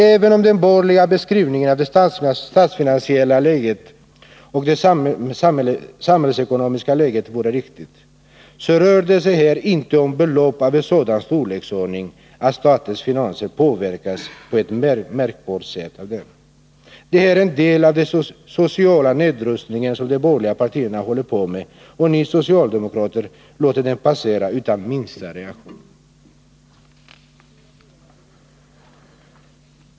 Även om den borgerliga beskrivningen av det statsfinansiella och samhällsekonomiska läget vore riktig, rör det sig här inte om belopp av en sådan storleksordning att statens finanser påverkas på ett märkbart sätt. Det här är en del av den sociala nedrustning som de borgerliga partierna håller på med, och ni socialdemokrater låter den passera utan minsta reaktion.